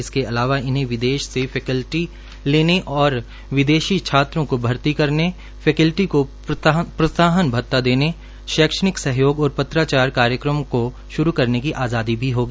इसके अलावा इन्हे विदेश से फैक्लटी लेने विदेशी छात्रों को भर्ती करने फैक्लटी को प्रोत्साहन भत्ता देने शैक्षणिक सहयोग और पत्राचार कार्यक्रमों को श्रू करनेकी आज़ादी भी होगी